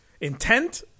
Intent